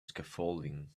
scaffolding